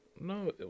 No